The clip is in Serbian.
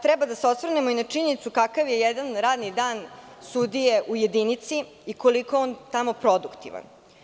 Treba da se osvrnemo i na činjenicu kakav je jedan radni dan sudije u jedinici i koliko je on tamo produktivan.